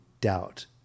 doubt